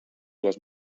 les